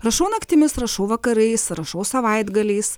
rašau naktimis rašau vakarais rašau savaitgaliais